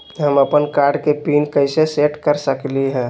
हम अपन कार्ड के पिन कैसे सेट कर सकली ह?